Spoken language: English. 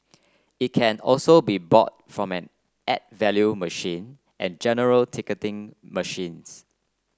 it can also be bought from add value machine and general ticketing machines